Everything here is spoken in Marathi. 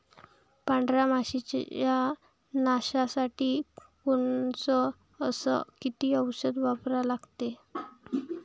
पांढऱ्या माशी च्या नाशा साठी कोनचं अस किती औषध वापरा लागते?